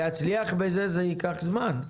להצליח בזה ייקח זמן.